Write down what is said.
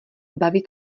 bavit